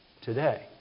today